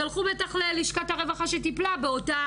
שלחו בטח ללשכת הרווחה שטיפלה באותה